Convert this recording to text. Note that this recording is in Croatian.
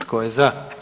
Tko je za?